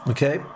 Okay